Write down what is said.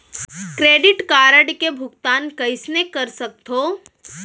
Credit card के भुगतान कईसने कर सकथो?